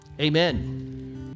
Amen